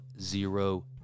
Zero